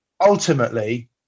Ultimately